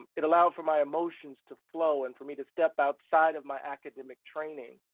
it allowed for my emotions to flow and for me to step outside of my academic training.